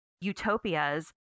utopias